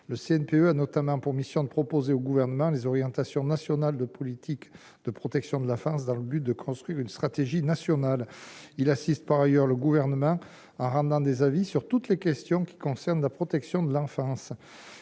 Le CNPE a notamment pour mission de proposer au Gouvernement les orientations nationales de politique de protection de la France, dans le but de construire une stratégie nationale. Il assiste par ailleurs le Gouvernement en rendant des avis sur toutes les questions qui concernent la protection de l'enfance.